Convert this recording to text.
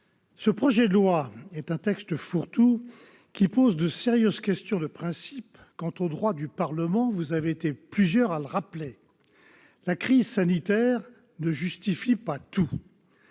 ce projet de loi est un texte fourre-tout, qui pose de sérieuses questions de principe quant aux droits du Parlement. Comme plusieurs d'entre nous l'ont rappelé, la crise sanitaire ne justifie pas tout.